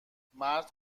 مرد